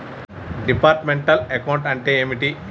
Departmental accounting అంటే ఏమిటి?